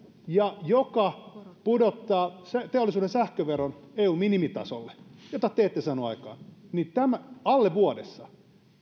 ja joka pudottaa teollisuuden sähköveron eun minimitasolle mitä te ette saaneet aikaan alle vuodessa